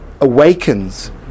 awakens